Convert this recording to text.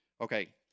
Okay